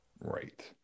Right